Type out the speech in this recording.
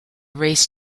race